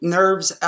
nerves